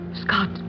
Scott